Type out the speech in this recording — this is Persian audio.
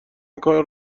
کار